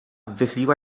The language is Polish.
wychyliła